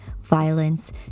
violence